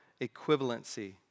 equivalency